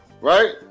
right